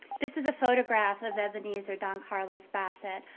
this is a photograph of ebenezer don carlos bassett,